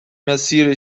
مسیر